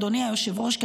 אדוני היושב-ראש,